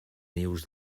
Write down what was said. nius